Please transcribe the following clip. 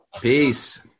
Peace